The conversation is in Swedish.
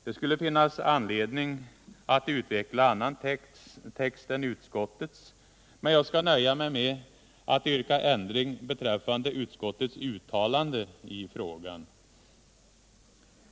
Det skulle finnas anledning att utveckla en annan text än utskottets, men jag skall nöja mig med att yrka att utskottets anmälan i denna del läggs till handlingarna med en ändring beträffande utskottets uttalande i frågan.